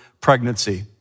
pregnancy